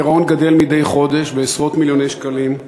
הגירעון גדל מדי חודש בעשרות מיליוני שקלים,